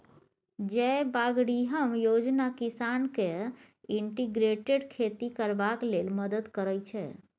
जयबागरिहम योजना किसान केँ इंटीग्रेटेड खेती करबाक लेल मदद करय छै